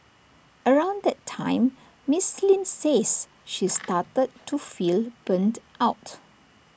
around that time miss Lin says she started to feel burnt out